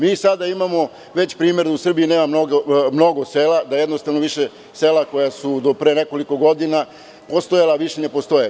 Mi sada imamo već primer da u Srbiji nema mnogo sela, da jednostavno više sela koja su do pre nekoliko godina postojala, više ne postoje.